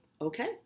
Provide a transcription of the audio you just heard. okay